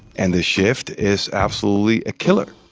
and this shift is absolutely a killer